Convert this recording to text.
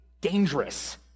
dangerous